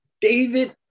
David